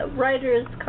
writer's